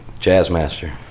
Jazzmaster